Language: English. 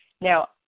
Now